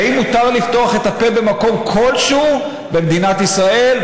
האם מותר לפתוח את הפה במקום כלשהו במדינת ישראל,